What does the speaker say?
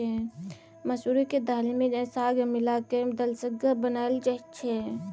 मसुरीक दालि मे साग मिला कय दलिसग्गा बनाएल जाइ छै